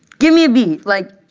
give me a beat, like